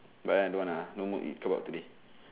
but then I don't want ah no mood eat kebab today